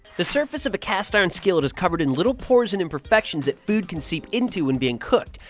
the surface of a cast-iron skillet is covered in little pores and imperfections that foods can seep into when being cooked.